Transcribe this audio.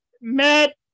Matt